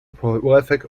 prolific